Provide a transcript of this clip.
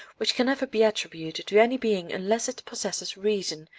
which can never be attributed to any being unless it possesses reason,